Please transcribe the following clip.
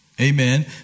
Amen